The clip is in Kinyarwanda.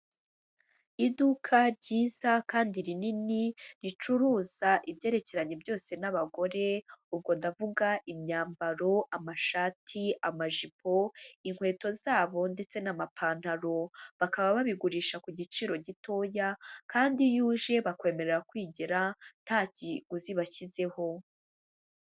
Iduka ryiza kandi rinini, ricuruza ibyerekeranye byose n'abagore, ubwo ndavuga imyambaro, amashati, amajipo, inkweto zabo ndetse n'amapantaro, bakaba babigurisha ku giciro gitoya, kandi iyo uje bakwemerera kwigera nta kiguzi bashyizeho.